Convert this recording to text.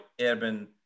urban